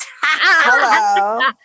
Hello